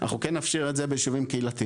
אנחנו כן נאפשר את זה בישובים קהילתיים.